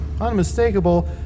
Unmistakable